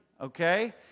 Okay